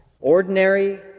ordinary